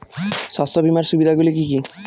শস্য বীমার সুবিধা গুলি কি কি?